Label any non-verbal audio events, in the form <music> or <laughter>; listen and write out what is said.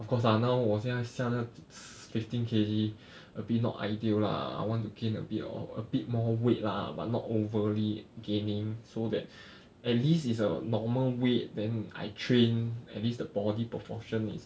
of course lah now 我现在下了 s~ fifteen K_G <breath> a bit not ideal lah I want to claim a bit of a bit more weight lah but not overly gaining so that <breath> at least it's a normal weight then I train at least the body proportion is